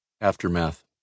Aftermath